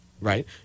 Right